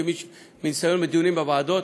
מניסיון מדיונים בוועדות,